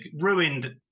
ruined